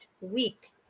week